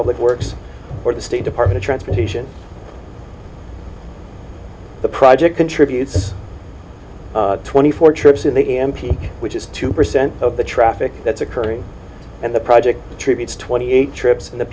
public works for the state department transportation the project contributes twenty four trips in the m p which is two percent of the traffic that's occurring and the project attributes twenty eight trips in the